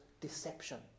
deception